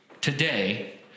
today